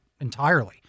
entirely